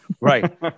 Right